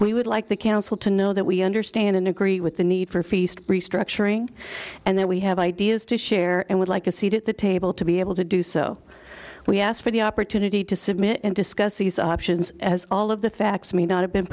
we would like the council to know that we understand and agree with the need for feast restructuring and that we have ideas to share and would like a seat at the table to be able to do so we ask for the opportunity to submit and discuss these options as all of the facts may not have been